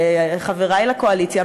חברי לקואליציה,